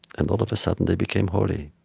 and all of a sudden they became holy.